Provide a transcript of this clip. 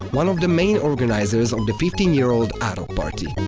one of the main organizers of the fifteen year old arok party.